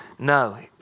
No